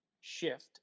shift